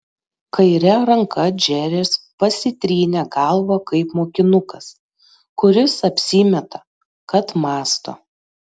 kaire ranka džeris pasitrynė galvą kaip mokinukas kuris apsimeta kad mąsto